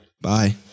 Bye